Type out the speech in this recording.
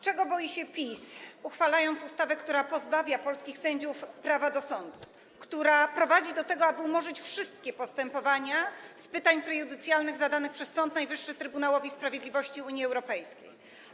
Czego boi się PiS, uchwalając ustawę, która pozbawia polskich sędziów prawa do sądu, która prowadzi do tego, aby umorzyć wszystkie postępowania wszczęte w zakresie pytań prejudycjalnych zadanych przez Sąd Najwyższy Trybunałowi Sprawiedliwości Unii Europejskiej?